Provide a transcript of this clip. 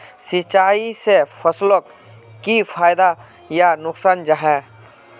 सिंचाई से फसलोक की फायदा या नुकसान जाहा?